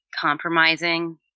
compromising